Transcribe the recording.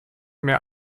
mehr